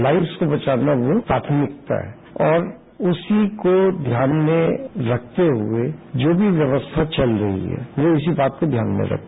lives को बचाना प्राथमिकता है और उसी को ध्यान में रखते हुए जो भी व्यवस्था चल रही है वो इसी बात को ध्यान में रखें